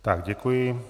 Tak děkuji.